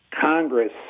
Congress